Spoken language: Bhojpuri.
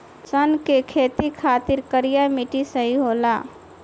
सन के खेती खातिर करिया मिट्टी सही होला